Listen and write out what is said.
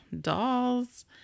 dolls